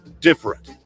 different